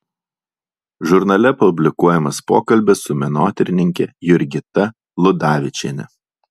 žurnale publikuojamas pokalbis su menotyrininke jurgita ludavičiene